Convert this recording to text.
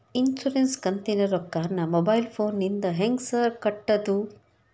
Insurance ಕಂತಿನ ರೊಕ್ಕನಾ mobile ಫೋನಿಂದ ಹೆಂಗ್ ಸಾರ್ ಕಟ್ಟದು?